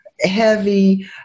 heavy